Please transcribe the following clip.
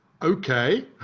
Okay